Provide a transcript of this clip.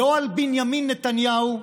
לא על בנימין נתניהו,